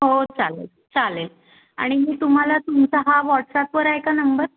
हो चालेल चालेल आणि मी तुम्हाला तुमचा हा वॉट्सअपवर आहे का नंबर